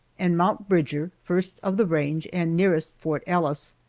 and mount bridger, first of the range and nearest fort ellis,